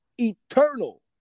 eternal